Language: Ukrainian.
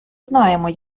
знаємо